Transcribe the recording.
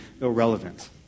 irrelevant